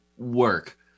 work